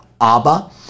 Abba